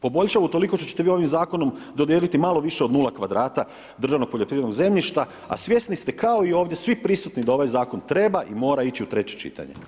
Poboljšava utoliko što ćete vi ovim zakonom dodijeliti malo više od 0 kvadrata državnog poljoprivrednog zemljišta, a svjesni ste kao i ovdje svi prisutni da ovaj zakon treba i mora ići u treće čitanje.